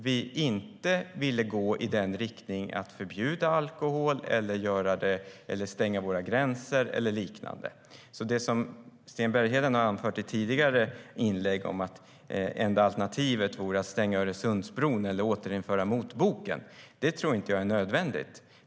Vi ville inte gå i riktningen att förbjuda alkohol, stänga våra gränser eller liknande. Sten Bergheden har anfört i tidigare inlägg att det enda alternativet vore att stänga Öresundsbron eller återinföra motboken. Det tror inte jag är nödvändigt.